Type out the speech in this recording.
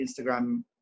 Instagram